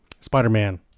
Spider-Man